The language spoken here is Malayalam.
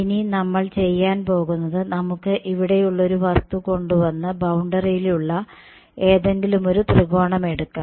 ഇനി നമ്മൾ ചെയ്യാൻ പോകുന്നത് നമുക്ക് ഇവിടെയുള്ളൊരു വസ്തു കൊണ്ടുവന്നു ബൌണ്ടറിയിലുള്ള ഏതെങ്കിലുമൊരു ത്രികോണമെടുക്കാം